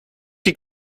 die